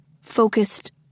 focused